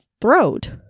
throat